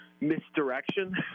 misdirection